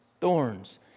Thorns